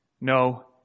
No